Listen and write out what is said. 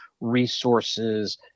resources